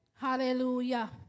Hallelujah